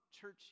church